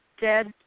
dead